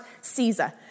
Caesar